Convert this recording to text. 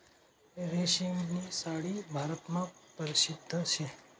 रेशीमनी साडी भारतमा परशिद्ध शे